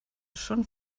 són